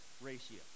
ratio